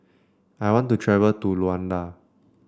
I want to travel to Luanda